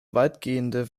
weitgehende